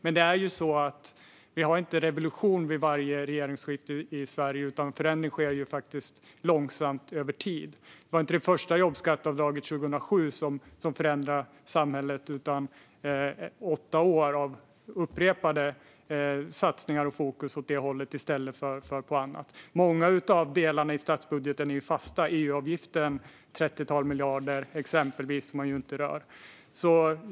Men vi har inte revolution vid varje regeringsskifte, utan förändring sker långsamt över tid. Det var inte det första jobbskatteavdraget 2007 som förändrade samhället utan åtta år av upprepade satsningar och fokus åt det hållet i stället för på annat. Många av delarna i statsbudgeten är fasta. Exempelvis EU-avgiften på ett trettiotal miljarder rör man ju inte. Fru talman!